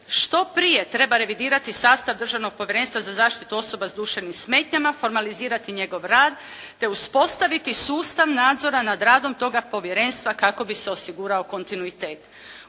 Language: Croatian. Što prije treba revidirati sastav Državnog povjerenstva za zaštitu osoba s duševnim smetnjama, formalizirati njegov rad te uspostaviti sustav nadzora nad radom toga povjerenstva kako bi se osigurao kontinuitet.